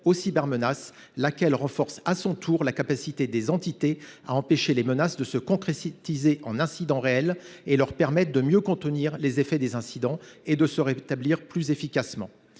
aux cybermenaces, laquelle renforce à son tour la capacité des entités à empêcher les menaces de se concrétiser en incidents réels et leur permet de mieux contenir les effets des incidents et de se rétablir plus efficacement.